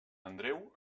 andreu